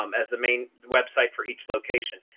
um as the main website for each location.